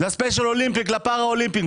לספיישל אולימפיק, לפארה אולימפיק.